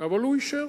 אבל הוא אישר.